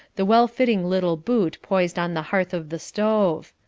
the well-fitting little boot poised on the hearth of the stove.